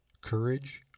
courage